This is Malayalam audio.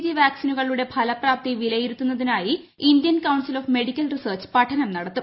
ജി വാക്സിനുകളുടെ ഫലപ്രാപ്തി വിലയിരുത്തുന്നതിനായി Indian council of medical research പഠനം നടത്തും